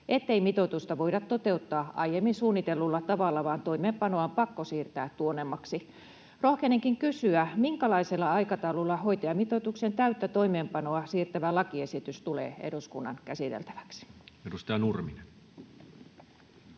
ettei mitoitusta voida toteuttaa aiemmin suunnitellulla tavalla vaan toimenpanoa on pakko siirtää tuonnemmaksi. Rohkenenkin kysyä: minkälaisella aikataululla hoitajamitoituksen täyttä toimeenpanoa siirtävä lakiesitys tulee eduskunnan käsiteltäväksi? Edustaja Nurminen.